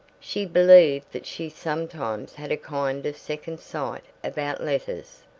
she believed that she sometimes had a kind of second-sight about letters,